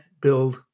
build